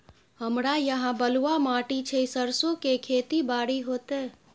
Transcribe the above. हमरा यहाँ बलूआ माटी छै सरसो के खेती बारी होते?